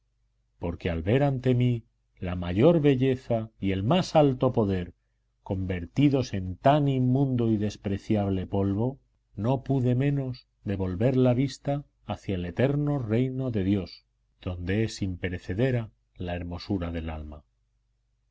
porque al ver ante mí la mayor belleza y el más alto poder convertidos en tan inmundo y despreciable polvo no pude menos de volver la vista hacia el eterno reino de dios donde es imperecedera la hermosura del alma